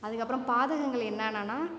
அதற்கப்றம் பாதகங்கள் என்னான்னா